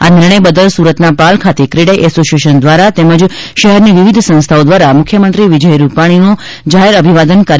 આ નિર્ણય બદલ સુરતના પાલ ખાતે ક્રેડાઇ એસોસિયેશન દ્વારા તેમજ શહેરની વિવિધ સંસ્થાઓ દ્વારા મુખ્યમંત્રી વિજય રૂપાણીને જાહેર અભિવાદન કરવામાં આવ્યું હતું